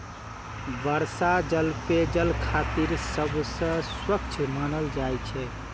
वर्षा जल पेयजल खातिर सबसं स्वच्छ मानल जाइ छै